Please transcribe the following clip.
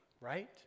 Right